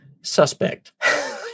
suspect